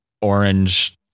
orange